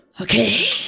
Okay